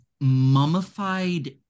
mummified